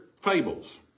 fables